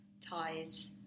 ties